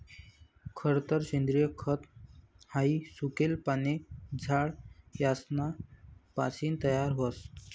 खरतर सेंद्रिय खत हाई सुकेल पाने, झाड यासना पासीन तयार व्हस